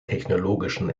technologischen